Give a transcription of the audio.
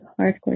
hardcore